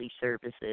services